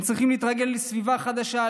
הם צריכים להתרגל לסביבה חדשה,